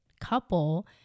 couple